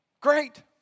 great